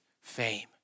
fame